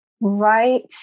right